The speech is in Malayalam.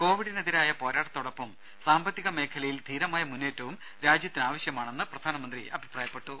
കോവിഡിനെതിരായ പോരാട്ടത്തോടൊപ്പം സാമ്പത്തിക മേഖലയിൽ ധീരമായ മുന്നേറ്റവും രാജ്യത്തിന് ആവശ്യമാണെന്ന് പ്രധാനമന്ത്രി അഭിപ്രായപ്പെട്ടു